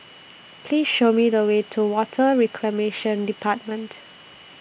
Please Show Me The Way to Water Reclamation department